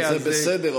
זה בסדר,